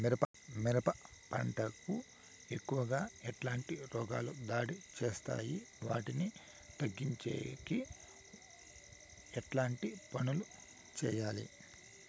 మిరప పంట కు ఎక్కువగా ఎట్లాంటి రోగాలు దాడి చేస్తాయి వాటిని తగ్గించేకి ఎట్లాంటి పనులు చెయ్యాలి?